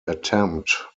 attempt